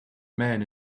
man